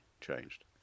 changed